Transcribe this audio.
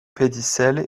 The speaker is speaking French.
pédicelle